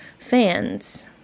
fans